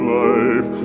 life